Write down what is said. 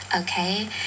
Okay